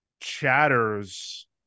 Chatter's